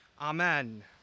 Amen